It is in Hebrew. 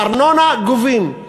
ארנונה גובים,